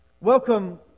welcome